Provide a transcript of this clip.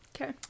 Okay